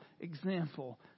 example